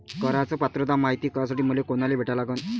कराच पात्रता मायती करासाठी मले कोनाले भेटा लागन?